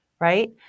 right